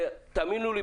שתאמינו לי,